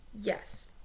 yes